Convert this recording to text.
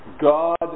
God